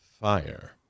fire